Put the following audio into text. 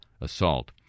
assault